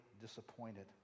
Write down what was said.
disappointed